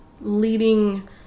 leading